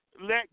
let